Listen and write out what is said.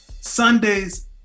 Sundays